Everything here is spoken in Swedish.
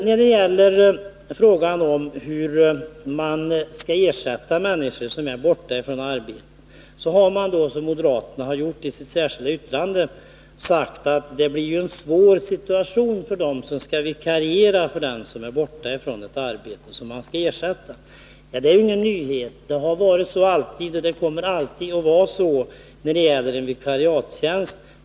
När det gäller frågan om hur man skall ersätta människor som är borta från arbetet säger moderaterna i sitt särskilda yttrande att det blir en svår situation för dem som skall vikariera för någon som är borta från ett arbete. Det är ingen nyhet. Det har alltid varit så och kommer alltid att vara så när det gäller en vikariatstjänst.